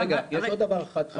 רגע, יש עוד דבר אחד חמור.